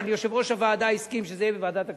אבל יושב-ראש הוועדה הסכים שזה יהיה בוועדת הכספים.